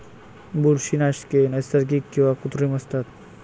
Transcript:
बुरशीनाशके नैसर्गिक किंवा कृत्रिम असतात